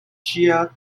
ĝia